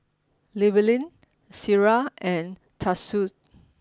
Llewellyn Ciera and Tatsuo